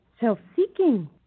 self-seeking